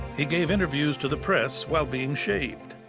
he gave interviews to the press while being shaved.